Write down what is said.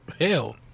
hell